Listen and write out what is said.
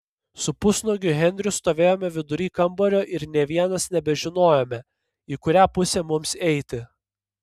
su pusnuogiu henriu stovėjome vidury kambario ir nė vienas nebežinojome į kurią pusę mums eiti